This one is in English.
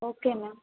okay ma'am